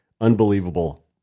Unbelievable